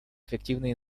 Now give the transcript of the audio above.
эффективный